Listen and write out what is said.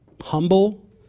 humble